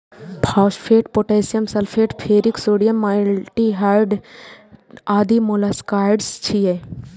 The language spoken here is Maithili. phosphate, potassium sulphate, ferric sodium, metaldehyde आदि मोलस्कसाइड्स छियै